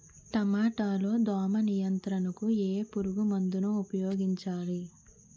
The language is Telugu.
టమాటా లో దోమ నియంత్రణకు ఏ పురుగుమందును ఉపయోగించాలి?